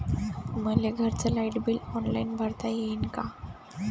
मले घरचं light bill online भरता येईन का?